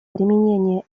применения